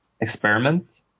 experiment